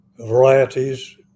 varieties